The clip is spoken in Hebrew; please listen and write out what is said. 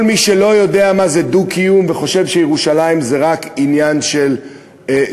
כל מי שלא יודע מה זה דו-קיום וחושב שירושלים זה רק עניין של מתחים,